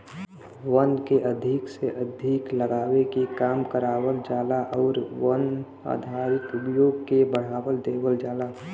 वन के अधिक से अधिक लगावे के काम करावल जाला आउर वन आधारित उद्योग के बढ़ावा देवल जाला